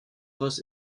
was